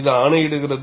இது ஆணையிடுகிறது